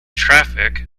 traffic